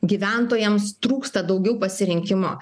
gyventojams trūksta daugiau pasirinkimo